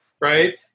right